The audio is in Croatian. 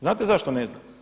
Znate zašto ne zna?